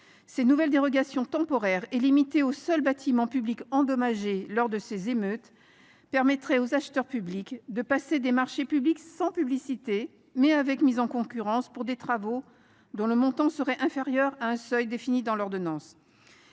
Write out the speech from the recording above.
Ces nouvelles dérogations, temporaires et limitées aux seuls bâtiments publics endommagés lors de ces émeutes, permettraient aux acheteurs publics de passer des marchés publics sans publicité, mais avec une mise en concurrence pour des travaux dont le montant serait inférieur à un seuil défini dans l’ordonnance.